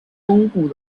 东部